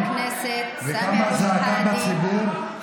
קמה זעקה בציבור והמשפחות השכולות,